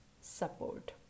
support